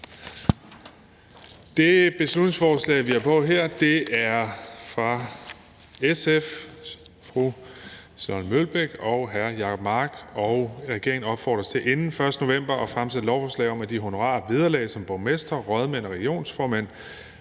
Det beslutningsforslag, vi har på her, er fra SF's fru Charlotte Broman Mølbæk og hr. Jacob Mark. Regeringen opfordres til inden den 1. november at fremsætte lovforslag om, at de honorarer og vederlag, som borgmestre, rådmænd og regionsformænd